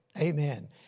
Amen